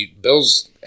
Bills